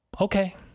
Okay